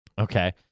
Okay